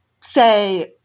say